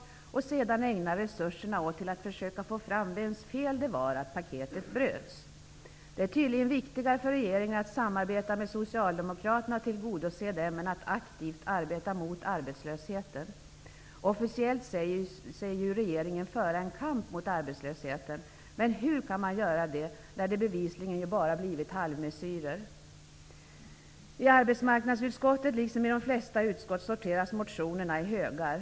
Resurserna ägnas sedan åt att försöka få fram vems fel det var att överenskommelsen inte höll. Det är tydligen viktigare för regeringen att samarbeta med Socialdemokraterna och tillgodose dem än att aktivt arbeta mot arbetslösheten. Officiellt säger sig regeringen föra en kamp mot arbetslösheten. Hur kan man säga det, när det bevisligen bara blivit halvmesyrer? I arbetsmarknadsutskottet liksom i de flesta utskott sorteras motionerna i högar.